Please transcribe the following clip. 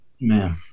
Man